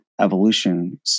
evolution